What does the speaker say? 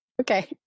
Okay